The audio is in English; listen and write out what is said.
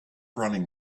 running